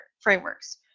frameworks